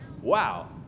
wow